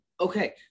Okay